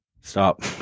Stop